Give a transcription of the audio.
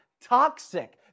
toxic